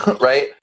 right